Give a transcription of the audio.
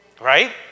Right